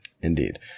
Indeed